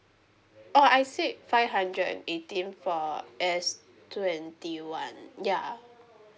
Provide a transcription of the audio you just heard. oh I said five hundred and eighteen for S twenty one ya